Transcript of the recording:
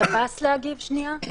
כי שם בהארכת התקש"ח היה